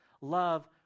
Love